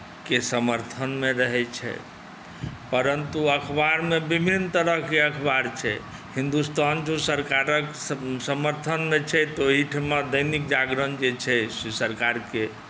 के समर्थनमे रहैत छै परन्तु अखबारमे विभिन्न तरहके अखबार छै हिन्दुस्तान जँ सरकारक समर्थनमे छै तऽ ओहिठुमा दैनिक जागरण जे छै से सरकारके